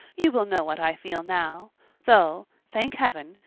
you will know what i feel now though, thank heaven,